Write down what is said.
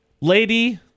Lady